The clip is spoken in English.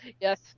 yes